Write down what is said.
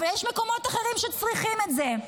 אבל יש מקומות אחרים שצריכים את זה.